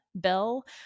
bill